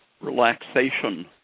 relaxation